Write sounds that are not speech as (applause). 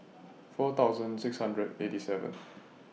four thousand six hundred eighty seven (noise)